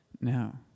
No